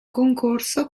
concorso